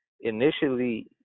initially